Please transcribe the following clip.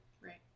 Right